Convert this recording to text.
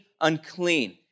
unclean